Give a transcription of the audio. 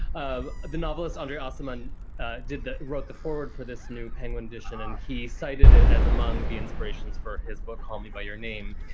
um the novel is under oarsman did wrote the forward for this new penguin edition, and he cited it as among the inspirations for his book, called me by your name.